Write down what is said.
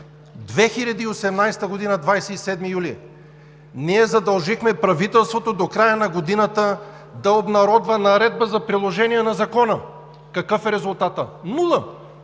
2018 г. ние задължихме правителството до края на годината да обнародва наредба за приложение на Закона. Какъв е резултатът? Нула.